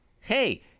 hey